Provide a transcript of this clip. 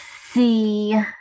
see